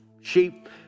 sheep